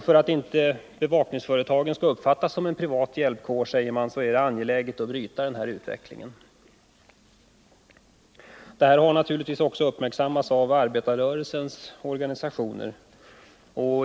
För att inte bevakningsföretagen skall uppfattas som en privat hjälpkår, säger man, är det angeläget att bryta den här utvecklingen. Det här har naturligtvis också uppmärksammats av arbetarrörelsens organisationer.